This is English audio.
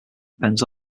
depends